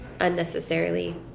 unnecessarily